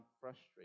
frustrated